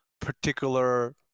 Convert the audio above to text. particular